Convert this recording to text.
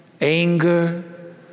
anger